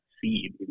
seed